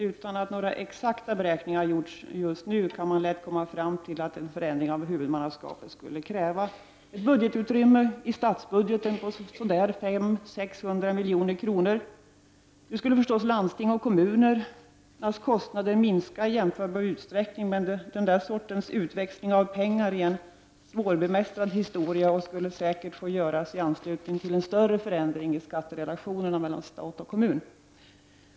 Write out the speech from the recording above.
Utan att några exakta beräkningar gjorts just nu kan man lätt komma fram till att en förändring av huvudmannaskapet skulle kräva ett budgetutrymme i statsbudgeten på ungefär 500—600 milj.kr. Nu skulle förstås landstingens och kommunernas kostnader minska i jämförbar utsträckning, men den där sortens utväxling av pengar är en svårbemästrad historia och skulle säkert få göras i anslutning till en större förändring i skatterelationerna mellan stat och kommun.